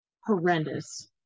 horrendous